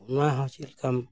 ᱱᱚᱣᱟ ᱦᱚᱸ ᱪᱮᱫ ᱞᱮᱠᱟᱢ